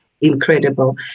incredible